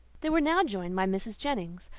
they were now joined by mrs. jennings,